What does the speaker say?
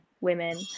women